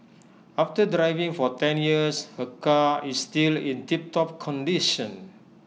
after driving for ten years her car is still in tiptop condition